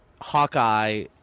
Hawkeye